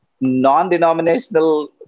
non-denominational